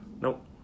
Nope